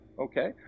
okay